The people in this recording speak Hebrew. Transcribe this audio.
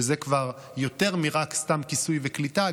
שזה כבר יותר מרק סתם כיסוי וקליטה,